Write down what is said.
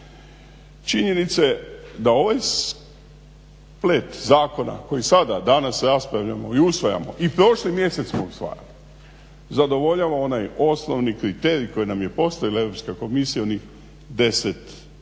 činjenice da ovaj splet zakona koji sada danas raspravljamo i usvajamo i prošli mjesec smo usvajali zadovoljava onaj osnovni kriterij koji nam je postavila EU komisija onih 10 nisu